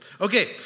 Okay